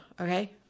Okay